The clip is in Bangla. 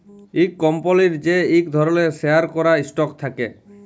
ইক কম্পলির যে ইক ধরলের শেয়ার ক্যরা স্টক থাক্যে